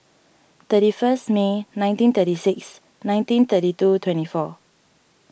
thirty first May nineteen thirty six nineteen thirty two twenty four